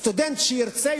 סטודנט שירצה,